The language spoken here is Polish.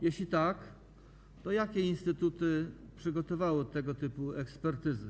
Jeśli tak, to jakie instytuty przygotowały tego typu ekspertyzy?